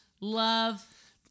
Love